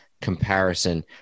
comparison